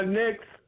next